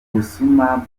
busuma